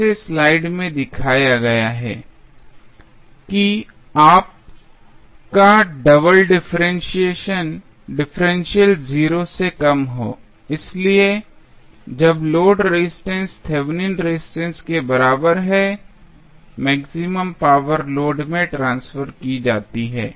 इसे स्लाइड में दिखाया गया है कि आप का डबल डिफरेंशियल 0 से कम हो और इसलिए जब लोड रेजिस्टेंस थेवेनिन रेजिस्टेंस के बराबर है मैक्सिमम पावर लोड में ट्रांसफर की जाती है